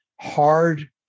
hard